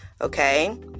Okay